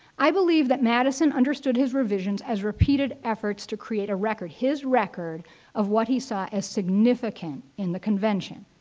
i believe that madison understood his revisions as repeated efforts to create a record. his record of what he saw is significant in the convention.